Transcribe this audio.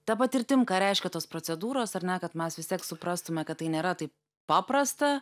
ta patirtim ką reiškia tos procedūros ar ne kad mes vis tiek suprastume kad tai nėra taip paprasta